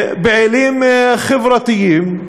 פעילים חברתיים,